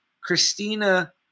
Christina